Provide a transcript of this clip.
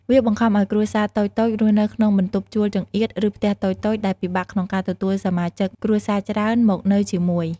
វាបង្ខំឱ្យគ្រួសារតូចៗរស់នៅក្នុងបន្ទប់ជួលចង្អៀត ឬផ្ទះតូចៗ ដែលពិបាកក្នុងការទទួលសមាជិកគ្រួសារច្រើនមកនៅជាមួយ។